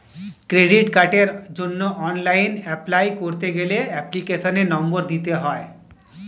credit কার্ডের জন্য online apply করতে গেলে এপ্লিকেশনের নম্বর দিতে হয়